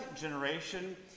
generation